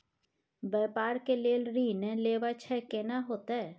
व्यापार के लेल ऋण लेबा छै केना होतै?